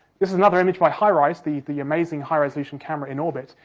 this is another image by high rise, the the amazing high resolution camera in orbit,